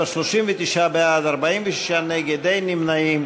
47: 39 בעד, 46 נגד, אין נמנעים.